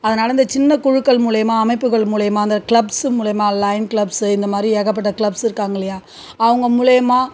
அதனால் இந்த சின்ன குழுக்கள் மூலிமா அமைப்புகள் மூலிமா அந்த கிளப்ஸு மூலிமா லைன் கிளப்ஸு இந்த மாதிரி ஏகப்பட்ட கிளப்ஸ் இருக்காங்க இல்லையா அவங்க மூலிமா